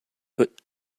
but